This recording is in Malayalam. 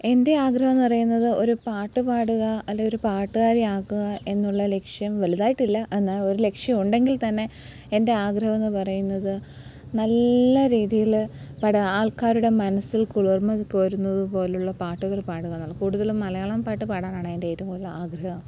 എൻ്റെ ആഗ്രഹം എന്ന് പറയുന്നത് ഒരു പാട്ട് പാടുക അല്ലെ ഒരു പാട്ടുകാരി ആകുക എന്നുള്ള ലക്ഷ്യം വലുതായിട്ടില്ല എന്നാൽ ഒരു ലക്ഷ്യം ഉണ്ടെങ്കിൽ തന്നെ എൻ്റെ ആഗ്രഹമെന്ന് പറയുന്നത് നല്ല രീതിയിൽ പട ആൾക്കാരുടെ മനസ്സിൽ കുളിർമ കോരുന്നത് പോലെയുള്ള പാട്ടുകൾ പാടുക എന്ന് കൂടുതലും മലയാളം പാട്ട് പാടാനാണ് എൻ്റെ ഏറ്റവും കൂടുതൽ ആഗ്രഹം